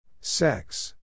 Sex